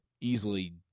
easily